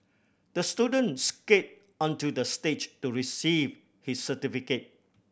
the student skate onto the stage to receive his certificate